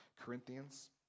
Corinthians